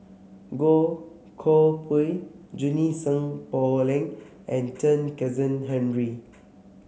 Goh Koh Pui Junie Sng Poh Leng and Chen Kezhan Henri